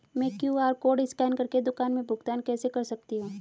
मैं QR code scan कर के दुकान में भुगतान कैसे कर सकती हूँ?